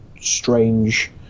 strange